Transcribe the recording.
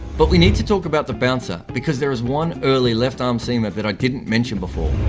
but we need to talk about the bouncer. because there is one early left arm seamer that i didn't mention before.